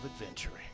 Adventuring